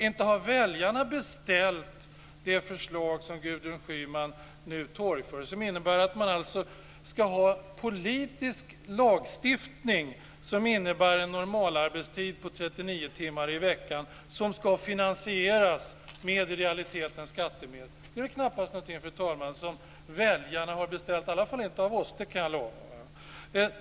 Inte har väljarna beställt det förslag som Gudrun Schyman nu torgför och som innebär att man alltså ska ha politisk lagstiftning som innebär en normalarbetstid på 39 timmar i veckan och som i realiteten ska finansieras med skattemedel. Det är, fru talman, knappast någonting som väljarna har beställt, i alla fall inte av oss, det kan jag lova.